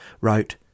wrote